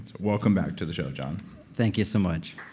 welcome back to the show, john thank you so much.